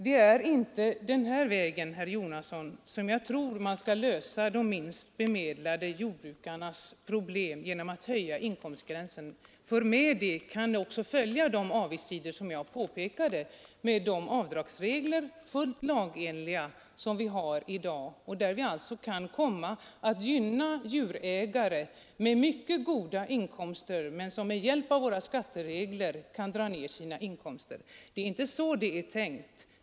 Det är inte den här vägen, herr Jonasson, genom att höja inkomstgränsen, som man skall söka lösa de minst bemedlade jordbrukarnas problem för med detta kan också, med de fullt lagenliga avdragsregler som vi har i dag, följa de avigsidor som jag påpekade, dvs. man kan komma att gynna djurägare med mycket goda inkomster som med hjälp av skattereglerna kan dra ner sina inkomster. Det är inte så det är tänkt.